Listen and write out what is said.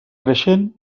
creixent